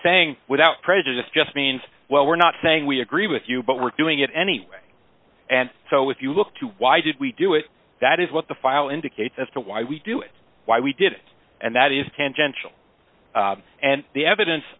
saying without prejudice just means well we're not saying we agree with you but we're doing it anyway and so if you look to why did we do it that is what the file indicates as to why we do it why we did it and that is tangential and the evidence